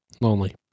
Lonely